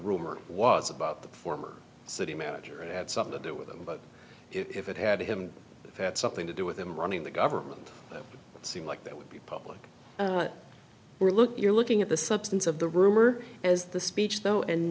rumor was about the former city manager had something to do with them but if it had to him had something to do with him running the government it seems like that would be public we're looking we're looking at the substance of the rumor as the speech though and